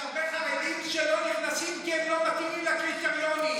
יש הרבה חרדים שלא נכנסים כי הם לא מתאימים לקריטריונים,